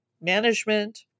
management